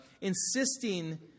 insisting